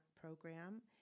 program